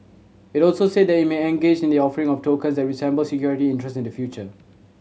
it also said that it may engage in the offering of tokens that resemble security interest in the future